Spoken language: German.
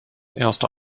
erste